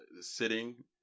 sitting